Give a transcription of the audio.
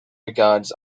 regards